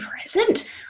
present